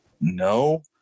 no